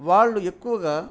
వాళ్ళు ఎక్కువగా